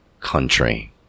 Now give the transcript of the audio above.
country